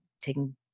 taking